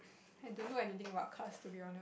I don't know anything about cars to be honest